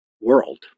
world